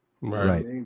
Right